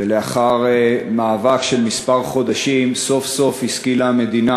ולאחר מאבק של כמה חודשים סוף-סוף השכילה המדינה